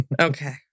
Okay